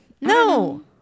No